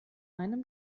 einem